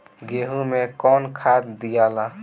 गेहूं मे कौन खाद दियाला?